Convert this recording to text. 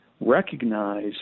recognize